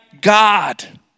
God